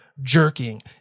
jerking